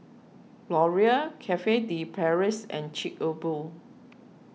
Laurier Cafe De Paris and Chic A Boo